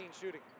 shooting